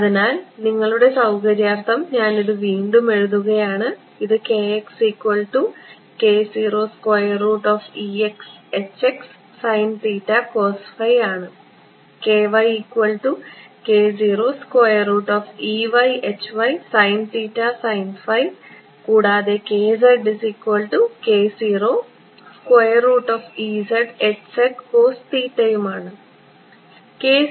അതിനാൽ നിങ്ങളുടെ സൌകര്യാർത്ഥം ഞാൻ ഇത് വീണ്ടും എഴുതുകയാണ് ഇത് ആണ് കൂടാതെ യും ആണ്